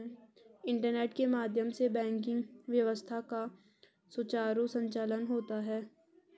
internet के माध्यम से बैंकिंग व्यवस्था का सुचारु संचालन होता है